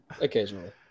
Occasionally